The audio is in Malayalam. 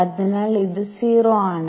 അതിനാൽ ഇത് 0 ആണ്